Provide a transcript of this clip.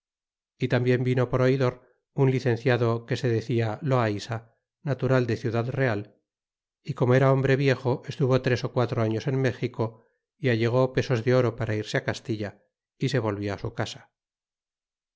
y tambien vino por oidor un licenciado que se decía loaisa natural de ciudad real y como era hombre viejo estuvo tres quatro años en méxico y allegó pesos de oro para irse castilla y se volvió su casa